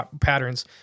patterns